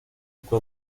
busca